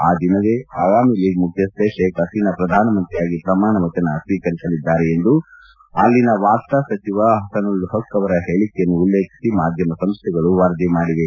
ಆ ದಿನವೇ ಅವಾಮಿ ಲೀಗ್ ಮುಖ್ಲಡ್ನೆ ಶೇಕ್ ಹಸೀನಾ ಪ್ರಧಾನಮಂತ್ರಿಯಾಗಿ ಪ್ರಮಾಣವಚನ ಸ್ವೀಕರಿಸಲಿದ್ದಾರೆ ಎಂದು ಅಲ್ಲಿನ ವಾರ್ತಾ ಸಚಿವ ಹಸನುಲ್ ಹಕ್ ಅವರ ಹೇಳಿಕೆಯನ್ನು ಉಲ್ಲೇಖಿಸಿ ಮಾಧ್ಯಮ ಸಂಸ್ಥೆಗಳು ವರದಿ ಮಾಡಿವೆ